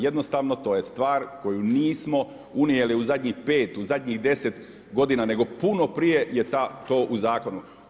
Jednostavno to je stvar koju nismo unijeli u zadnjih 5, u zadnjih 10 godina nego puno prije je to u zakonu.